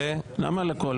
למה על הכול?